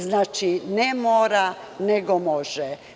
Znači, ne – mora, nego – može.